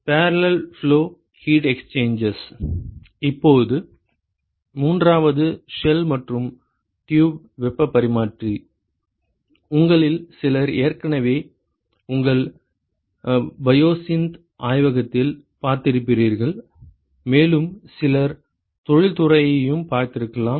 parallel flow heat exchangers இப்போது மூன்றாவது shell மற்றும் ட்யூப் வெப்பப் பரிமாற்றி உங்களில் சிலர் ஏற்கனவே உங்கள் பயோசிந்த் ஆய்வகத்தில் பார்த்திருப்பீர்கள் மேலும் சிலர் தொழில்துறையையும் பார்த்திருக்கலாம்